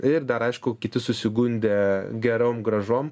ir dar aišku kiti susigundę gerom grąžom